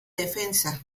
defensa